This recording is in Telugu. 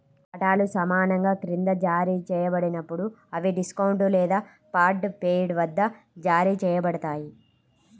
వాటాలు సమానంగా క్రింద జారీ చేయబడినప్పుడు, అవి డిస్కౌంట్ లేదా పార్ట్ పెయిడ్ వద్ద జారీ చేయబడతాయి